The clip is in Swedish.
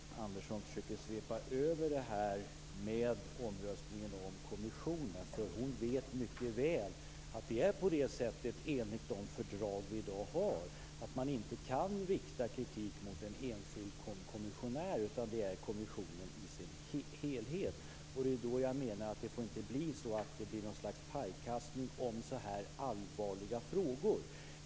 Herr talman! Jag tycker nog att Marianne Andersson försöker svepa över det här med omröstningen om kommissionen. Hon vet mycket väl att man inte kan rikta kritik mot en enskild kommissionär, enligt de fördrag vi i dag har. Det handlar om kommissionen i dess helhet. Därför menar jag att det inte får bli någon pajkastning om så här allvarliga frågor.